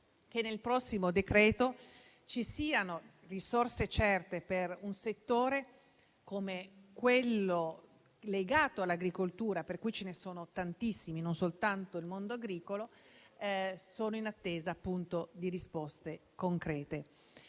che nel prossimo decreto ci siano risorse certe per un settore come quello legato all'agricoltura, anche se ce ne sono tantissimi e non c'è soltanto il mondo agricolo in attesa di risposte concrete.